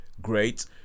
great